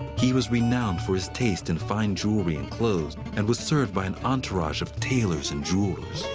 he was renowned for his taste in fine jewelry and clothes, and was served by an entourage of tailors and jewelers.